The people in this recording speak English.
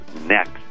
next